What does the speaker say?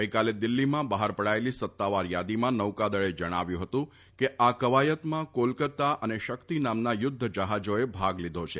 ગઈકાલે દિલ્ફીમાં બફાર પડાયેલી સત્તાવાર થાદીમાં નૌકાદળે જણાવ્યું હતું કે આ કવાયતમાં કોલકતા તથા શેરેક્ત નામના યુદ્ધજફાજાએ ભાગ લીધો છે